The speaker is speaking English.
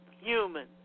human